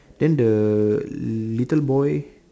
then the little boy